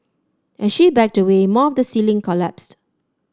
as she backed away more of the ceiling collapsed